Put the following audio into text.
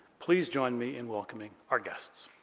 please join me in welcoming our guests.